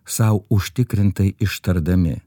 sau užtikrintai ištardami